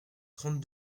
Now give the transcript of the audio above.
trente